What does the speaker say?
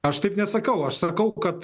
aš taip nesakau aš sakau kad